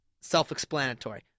self-explanatory